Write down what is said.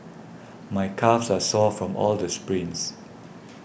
my calves are sore from all the sprints